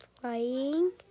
Playing